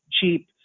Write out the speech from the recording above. cheap